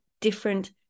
different